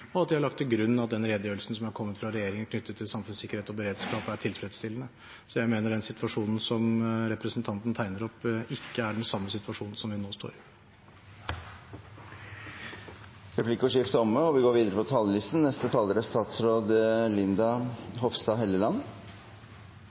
og at de har lagt til grunn at den redegjørelsen som har kommet fra regjeringen knyttet til samfunnssikkerhet og beredskap, er tilfredsstillende. Så jeg mener den situasjonen som representanten tegner opp, ikke er den samme situasjonen som vi nå står i. Replikkordskiftet er omme. Denne debatten har vist at flere partier nå er